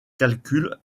calculs